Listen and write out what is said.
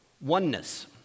Oneness